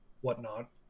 whatnot